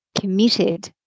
committed